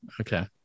okay